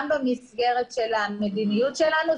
גם במסגרת של המדיניות שלנו,